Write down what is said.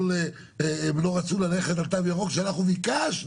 הם לא רצו ללכת על תו ירוק, כשאנחנו ביקשנו